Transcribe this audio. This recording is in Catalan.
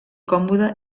còmode